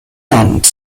land